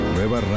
Nueva